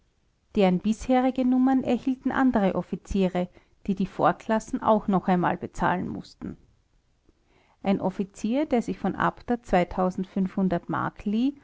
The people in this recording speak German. deren bisherige nummern erhielten andere offiziere die die vorklassen auch noch einmal bezahlen mußten ein offizier der sich von abter mark